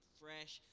fresh